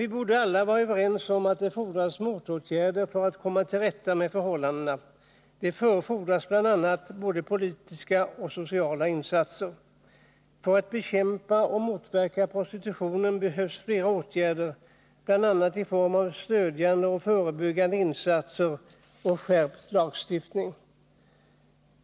Vi bör alla vara överens om att det fordras motåtgärder för att komma till rätta med förhållandena, bl.a. politiska och sociala insatser. För att bekämpa och motverka prostitutionen krävs också stödjande och förebyggande insatser samt skärpt lagstiftning.